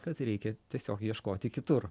kad reikia tiesiog ieškoti kitur